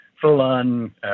full-on